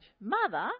mother